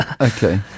Okay